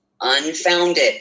unfounded